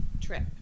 trip